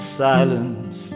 silence